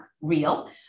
real